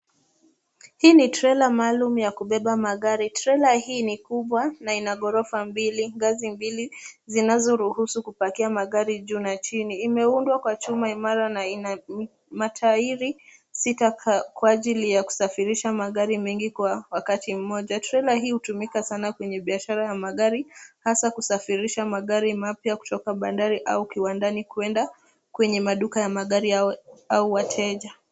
Hii ni trela maalum yaku beba magari. Trela hii ni kubwa na ina ghorofa mbili, ngazi mbili zinazo ruhusu kupakia magari juu na chini. Ime undwa kwa chuma imara na ina matairi sita kwa ajili ya kusafirisha magari mengi kwa wakati moja. Trela hii hutumika sana kwenye biashara ya magari hasa kusafirisha magari mapya kutoka bandari au kiwandani kuenda kwenye maduka wa magari au kwa wateja.